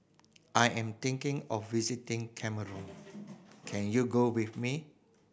I am thinking of visiting Cameroon can you go with me